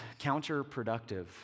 counterproductive